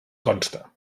consta